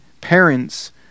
parents